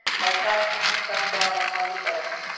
by casting herself down upon the earth,